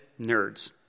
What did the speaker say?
nerds